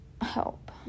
help